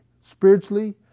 spiritually